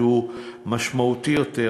שהוא משמעותי יותר,